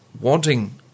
wanting